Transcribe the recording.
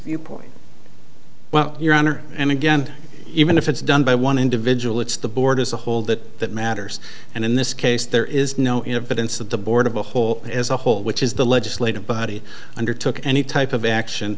viewpoint well your honor and again even if it's done by one individual it's the board as a whole that that matters and in this case there is no in of but instead the board of the whole as a whole which is the legislative body undertook any type of action